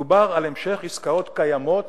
מדובר על המשך עסקאות קיימות